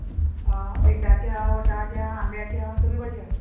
आ भिंडाच्या वटाच्या आंब्याच्या सगळी बाशे आहा